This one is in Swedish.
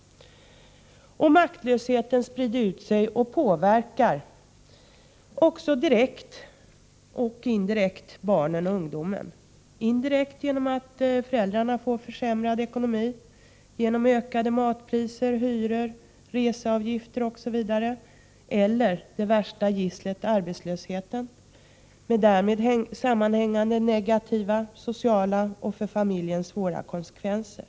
Maktlösheten sprider sig och påverkar också direkt och indirekt barnen och ungdomen. De påverkas indirekt genom att föräldrarna får försämrad ekonomi på grund av höjda matpriser, hyror, reseavgifter osv. eller det värsta gisslet arbetslösheten, med därmed sammanhängande negativa sociala och för familjen svåra konsekvenser.